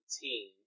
team